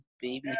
baby